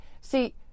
See